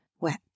wet